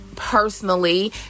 Personally